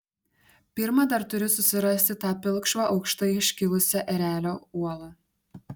pirma dar turiu susirasti tą pilkšvą aukštai iškilusią erelio uolą